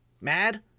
mad